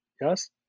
yes